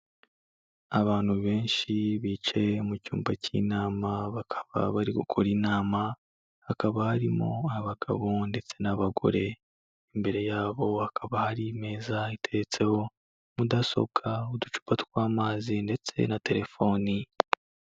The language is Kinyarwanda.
Abantu benshi bicaye mu cyumba cy'inama bakaba bari gukora inama hakaba harimo abagabo ndetse n'abagore, imbere yabo hakaba hari meza itetseho mudasobwa uducupa tw'amazi ndetse na telefoni.